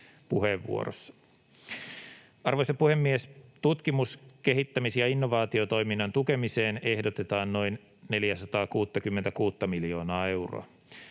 Arvoisa puhemies! Tutkimus-, kehittämis- ja innovaatiotoiminnan tukemiseen ehdotetaan noin 466:ta miljoonaa euroa.